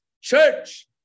Church